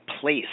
place